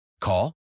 Call